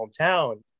hometown